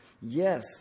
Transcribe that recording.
Yes